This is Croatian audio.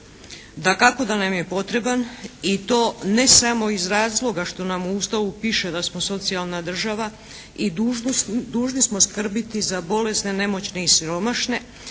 Dakako da nam je potreban i to ne samo iz razloga što nam u Ustavu piše da smo socijalna država i dužni smo skrbiti za bolesne, nemoćne i siromašne,